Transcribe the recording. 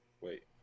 Wait